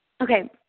Okay